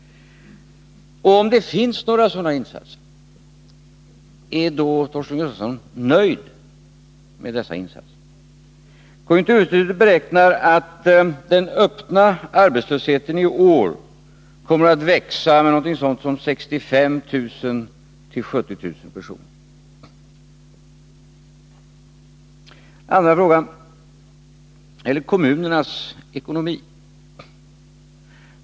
Och om det finns några sådana insatser, är då Torsten Gustafsson nöjd med dessa? Konjunkturinstitutet beräknar att den öppna arbetslösheten i år kommer att växa med något sådant som 65 000-70 000. Den andra frågan gäller kommunernas ekonomi.